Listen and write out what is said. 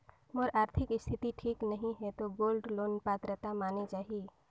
मोर आरथिक स्थिति ठीक नहीं है तो गोल्ड लोन पात्रता माने जाहि?